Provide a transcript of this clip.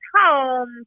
home